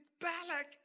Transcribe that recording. Balak